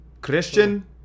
Christian